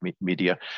media